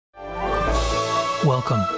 Welcome